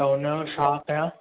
त हुनजो छा कयां